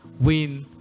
win